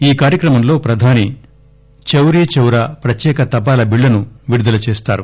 ఈ కార్యక్రమంలో ప్రధాని చౌరీ చౌరా ప్రత్యేక తపాల బిళ్లను విడుదల చేస్తారు